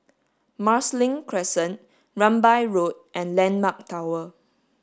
Marsiling Crescent Rambai Road and Landmark Tower